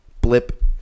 blip